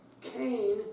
Cain